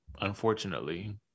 unfortunately